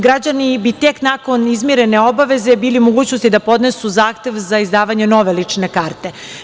Građani bi tek nakon izmirene obaveze bili u mogućnosti da podnesu zahtev za izdavanje nove lične karte.